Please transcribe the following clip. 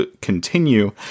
continue